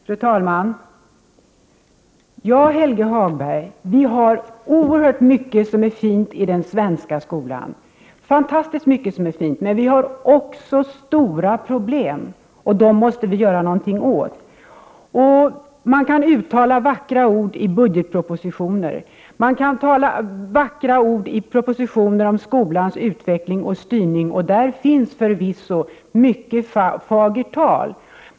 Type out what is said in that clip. Fru talman! Ja, Helge Hagberg, vi har fantastiskt mycket som är fint i den svenska skolan. Men vi har också stora problem, och dessa måste vi göra någonting åt. Man kan uttala vackra ord i budgetpropositioner och i propositioner om skolans utveckling och styrning. Där finns förvisso mycket fagert tal.